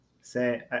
Say